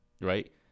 right